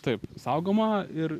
taip saugoma ir